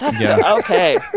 Okay